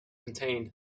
contained